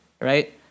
right